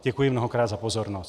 Děkuji mnohokrát za pozornost.